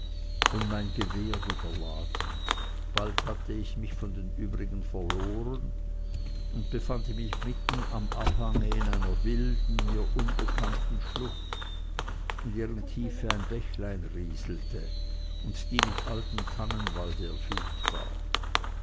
und mein gewehr wieder ladend bald hatte ich mich von den übrigen verloren und befand mich mitten am abhange einer wilden mir unbekannten schlucht in deren tiefe ein bächlein rieselte und die mit altem tannenwalde erfüllt war